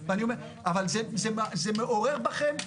אבל זה מעורר בכם,